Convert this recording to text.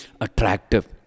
attractive